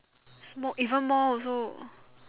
smoke even more also